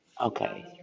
Okay